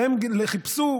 והם חיפשו